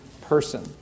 person